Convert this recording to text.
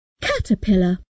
Caterpillar